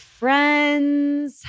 friends